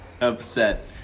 upset